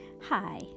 Hi